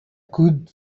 could